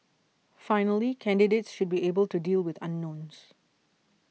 finally candidates should be able to deal with unknowns